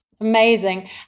Amazing